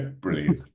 brilliant